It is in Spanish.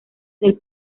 del